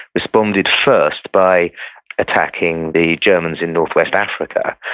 responded first by attacking the germans in northwest africa,